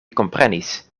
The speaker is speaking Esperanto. komprenis